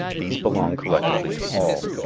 these belong collectively to all.